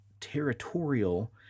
territorial